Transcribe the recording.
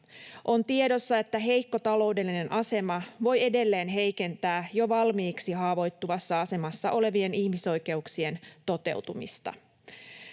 On tiedossa, että heikko taloudellinen asema voi edelleen heikentää jo valmiiksi haavoittuvassa asemassa olevien ihmisoikeuksien toteutumista.